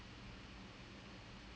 physical prime